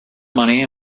money